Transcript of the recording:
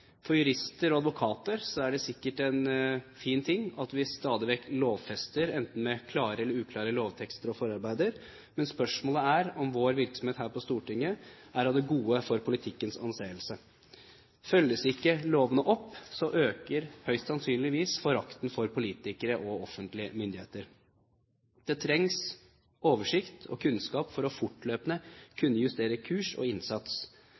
For jurister og advokater er det sikkert en fin ting at vi stadig vekk lovfester, enten med klare eller uklare lovtekster og forarbeider, men spørsmålet er om vår virksomhet her på Stortinget er av det gode for politikkens anseelse. Følges ikke lovene opp, øker høyst sannsynlig forakten for politikere og offentlige myndigheter. Det trengs oversikt og kunnskap for fortløpende å kunne justere kurs og innsats.